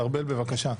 ארבל, בבקשה.